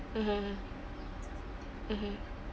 mmhmm mmhmm